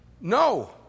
No